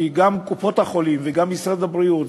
כי גם קופות-החולים וגם משרד הבריאות,